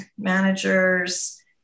managers